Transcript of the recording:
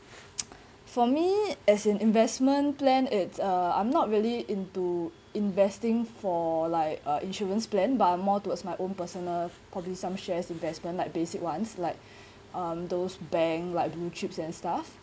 for me as an investment plan it's uh I'm not really into investing for like uh insurance plan by more towards my own personal probably some shares investment like basic ones like um those bank like blue chips and stuff